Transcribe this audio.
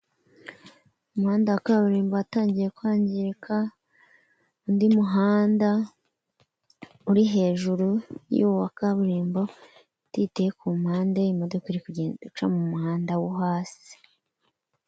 Umuhanda wa kaburimbo watangiye kwangirika, undi muhanda uri hejuru y'uwo wa kaburimbo, ibiti biteye ku mpande, imodoka iri kugenda ica mu muhanda wo hasi.